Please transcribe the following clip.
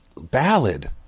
ballad